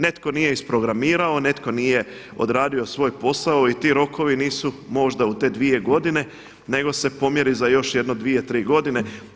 Netko nije isprogramirao, netko nije odradio svoj posao i ti rokovi nisu možda u te dvije godine nego se pomjeri za još jedno 2, 3 godine.